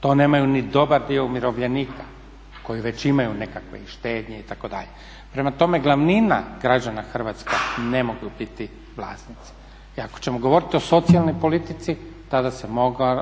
To nemaju ni dobar dio umirovljenika koji već imaju nekakve i štednje itd. Prema tome, glavnina građana Hrvatske ne mogu biti vlasnici. I ako ćemo govoriti o socijalnoj politici tada se